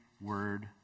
Word